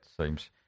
seems